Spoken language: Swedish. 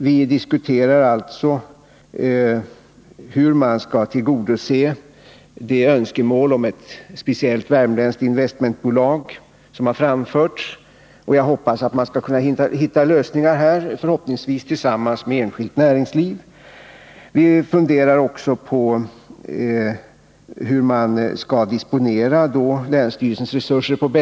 Vi diskuterar alltså hur man skall tillgodose de önskemål som framförts om ett speciellt värmländskt investmentbolag. Jag hoppas man skall kunna hitta lösningar, förhoppningsvis tillsammans med det enskilda näringslivet. Vi funderar också på hur man skall på bästa sätt disponera länsstyrelsens resurser.